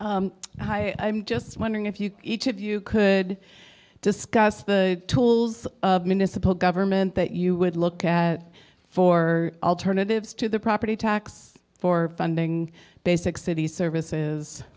question i'm just wondering if you each of you could discuss the tools of municipal government that you would look at for alternatives to the property tax for funding basic city services